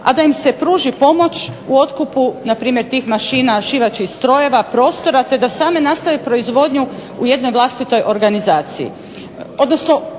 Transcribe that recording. a da im se pruži pomoć u otkupu npr. tih mašina, šivaćih strojeva, prostora, te da same nastave proizvodnju u jednoj vlastitoj organizaciji,